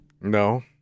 No